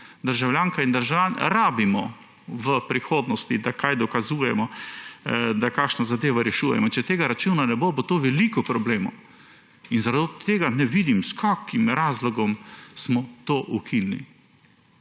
državljanke in državljani rabimo v prihodnosti, da kaj dokazujemo, da kakšno zadevo rešujemo. Če tega računa ne bo, bo to veliko problemov in zato tega ne vidim, s kakšnim razlogom smo to ukinili.